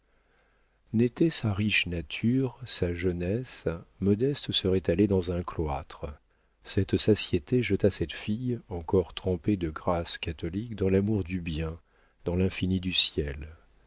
n'était sa riche nature sa jeunesse modeste serait allée dans un cloître cette satiété jeta cette fille encore trempée de grâce catholique dans l'amour du bien dans l'infini du ciel